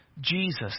Jesus